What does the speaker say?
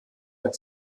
der